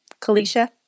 Kalisha